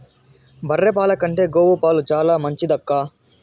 బర్రె పాల కంటే గోవు పాలు చాలా మంచిదక్కా